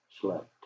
slept